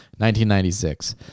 1996